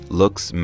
looks